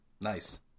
Nice